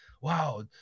wow